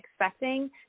expecting